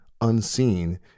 Unseen